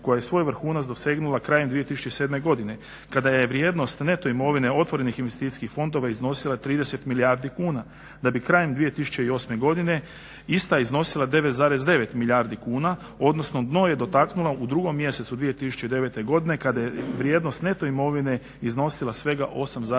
koja je svoj vrhunac dosegnula krajem 2007. godine kada je vrijednost neto imovine otvorenih investicijskih fondova iznosila 30 milijardi kuna, da bi krajem 2008. godine ista iznosila 9,9 milijardi kuna, odnosno dno je dotaknula u drugom mjesecu 2009. godine kada je vrijednost neto imovine iznosila svega 8,5 milijardi kuna.